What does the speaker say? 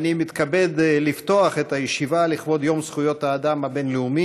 הצעות לסדר-היום מס'